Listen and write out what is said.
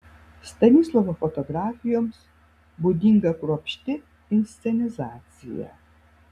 stanislovo fotografijoms būdinga kruopšti inscenizacija